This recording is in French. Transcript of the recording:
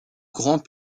grands